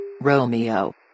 Romeo